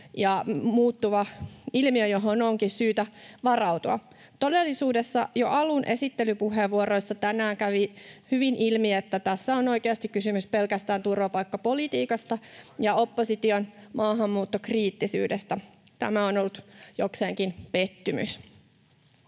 ja muuttuva ilmiö, johon on syytäkin varautua. Todellisuudessa jo alun esittelypuheenvuoroissa tänään kävi hyvin ilmi, että tässä on oikeasti kysymys pelkästään turvapaikkapolitiikasta ja opposition maahanmuuttokriittisyydestä. Tämä on ollut jokseenkin pettymys.